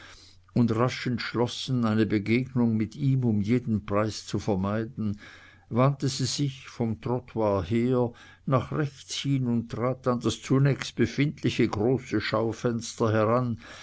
und rasch entschlossen eine begegnung mit ihm um jeden preis zu vermeiden wandte sie sich vom trottoir her nach rechts hin und trat an das zunächst befindliche große schaufenster heran